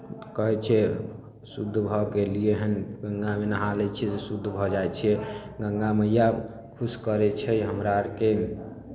कहै छियै शुद्ध भऽ कऽ अयलियै हन गङ्गामे नहा लै छियै तऽ शुद्ध भऽ जाइ छियै गङ्गा मैया खुश करै छै हमरा आरकेँ